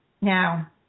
Now